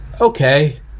okay